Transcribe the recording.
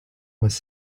was